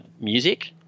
music